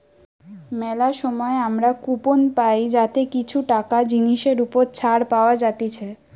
মেলা সময় আমরা কুপন পাই যাতে কিছু টাকা জিনিসের ওপর ছাড় পাওয়া যাতিছে